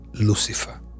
Lucifer